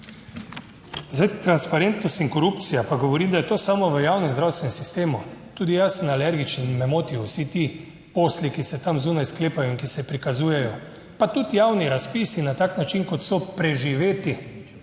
Zdaj, transparentnost in korupcija pa govoriti, da je to samo v javnem zdravstvenem sistemu. Tudi jaz sem alergičen in me motijo vsi ti posli, ki se tam zunaj sklepajo in ki se prikazujejo, pa tudi javni razpisi na tak način kot, so preživeti,